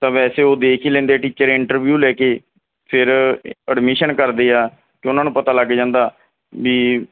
ਤਾਂ ਵੈਸੇ ਉਹ ਦੇਖ ਹੀ ਲੈਂਦੇ ਟੀਚਰ ਇੰਟਰਵਿਊ ਲੈ ਕੇ ਫਿਰ ਐਡਮਿਸ਼ਨ ਕਰਦੇ ਆ ਕਿ ਉਹਨਾਂ ਨੂੰ ਪਤਾ ਲੱਗ ਜਾਂਦਾ ਵੀ